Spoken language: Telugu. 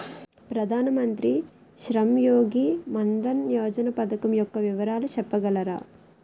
ప్రధాన మంత్రి శ్రమ్ యోగి మన్ధన్ యోజన పథకం యెక్క వివరాలు చెప్పగలరా?